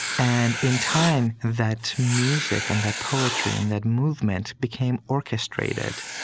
and in time, that music and that poetry and that movement became orchestrated,